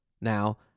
Now